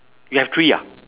you have three ah